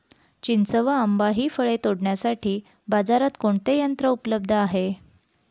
चिंच व आंबा हि फळे तोडण्यासाठी बाजारात कोणते यंत्र उपलब्ध आहे?